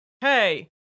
hey